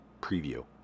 preview